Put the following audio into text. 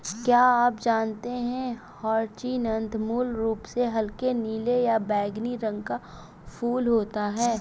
क्या आप जानते है ह्यचीन्थ मूल रूप से हल्के नीले या बैंगनी रंग का फूल होता है